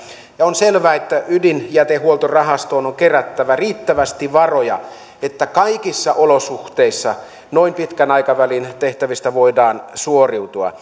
on selvää että ydinjätehuoltorahastoon on kerättävä riittävästi varoja että kaikissa olosuhteissa noin pitkän aikavälin tehtävistä voidaan suoriutua